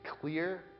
clear